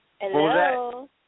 Hello